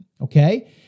Okay